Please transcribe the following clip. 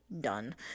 Done